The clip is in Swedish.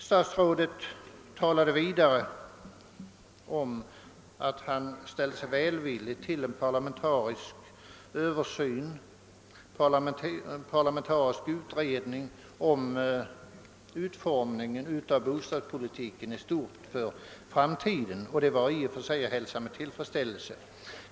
Statsrådet talade vidare om att han ställde sig välvillig till en parlamentarisk utredning om utformningen av bostadspolitiken i stort för framtiden. Det var i och för sig att hälsa med tillfredsställelse.